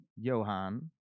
Johan